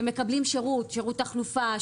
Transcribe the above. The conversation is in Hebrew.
ומקבלים שירות תחלופה,